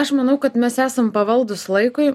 aš manau kad mes esam pavaldūs laikui